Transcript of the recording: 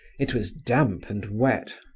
it was damp and wet.